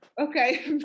Okay